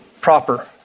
proper